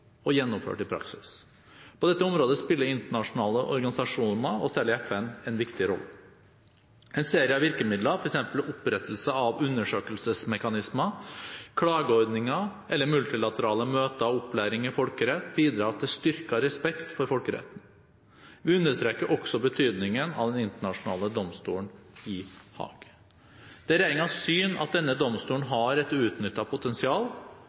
og gjennomført i praksis. På dette området spiller internasjonale organisasjoner, og særlig FN, en viktig rolle. En serie av virkemidler, f.eks. opprettelse av undersøkelsesmekanismer, klageordninger eller multilaterale møter og opplæring i folkerett, bidrar til styrket respekt for folkeretten. Vi understreker også betydningen av Den internasjonale domstolen i Haag. Det er regjeringens syn at denne domstolen har et uutnyttet potensial,